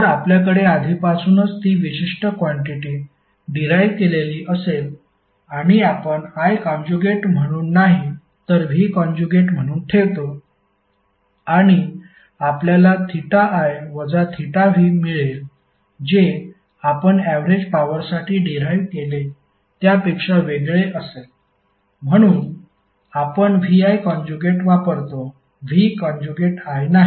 जर आपल्याकडे आधीपासूनच ती विशिष्ट क्वांटिटि डिराईव केलेली असेल आणि आपण I कॉन्जुगेट म्हणून नाही तर V कॉन्जुगेट म्हणून ठेवतो आणि आपल्याला θ i वजा θ v मिळेल जे आपण ऍवरेज पॉवरसाठी डिराईव केले त्यापेक्षा वेगळे असेल म्हणून आपण VI कॉन्जुगेट वापरतो V कॉन्जुगेट I नाही